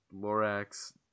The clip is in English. Lorax